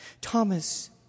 Thomas